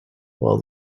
while